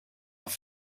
auf